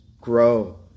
grow